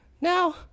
Now